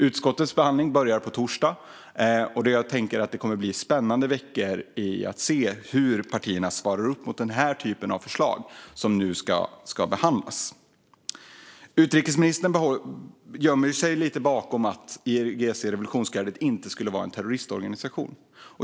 Utskottets behandling börjar på torsdag, och det kommer att bli spännande veckor då vi får se hur partierna svarar upp mot denna typ av förslag som nu ska behandlas. Utrikesministern gömmer sig lite grann bakom att IRGC, revolutionsgardet, inte skulle vara en terroristorganisation.